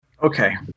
Okay